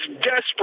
desperate